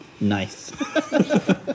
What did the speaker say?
Nice